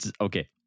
okay